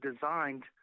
designed